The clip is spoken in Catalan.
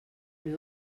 meu